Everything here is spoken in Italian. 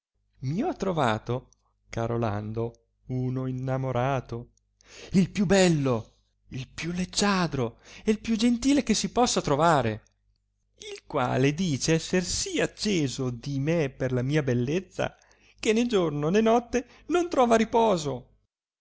mi ho trovato carolando uno innamorato il più bello il più leggiadro e il più gentile che si possa trovare il quale dice esser sì acceso di me per la mia bellezza che né giorno né notte non trova riposo